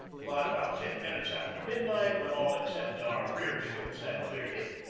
but about ten minutes after midnight, when all except our rear ships had cleared it,